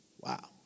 Wow